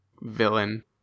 villain